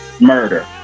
murder